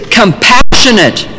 compassionate